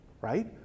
right